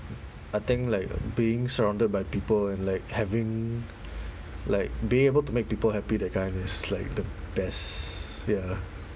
I think like being surrounded by people and like having like being able to make people happy that kind is like the best ya